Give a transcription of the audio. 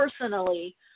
personally